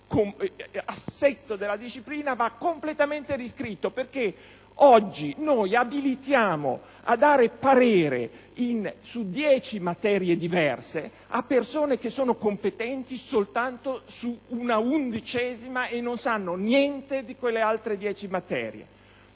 assetto della disciplina va completamente riscritto, perché oggi noi abilitiamo a dare parere su dieci materie giuridiche diverse avvocati che sono competenti soltanto su una undicesima materia e sanno poco o niente di quelle altre dieci.